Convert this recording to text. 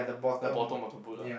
the bottom motor boot ah